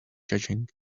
judging